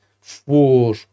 four